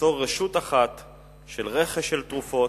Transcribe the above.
ליצור רשות אחת של רכש של תרופות,